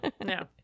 no